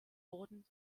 wurden